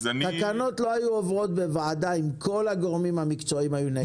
תקנות לא היו עוברות בוועדה אם כל הגורמים המקצועיים היו נגד.